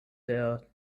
der